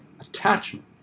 attachment